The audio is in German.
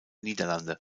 niederlande